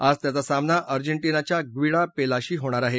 आज त्याचा सामना अर्जेंटिनाच्या ग्विडा पेलाशी होणार आहे